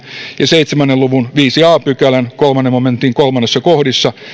ja seitsemän luvun viidennen a pykälän kolmannen momentin kolmannessa kohdissa